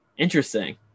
Interesting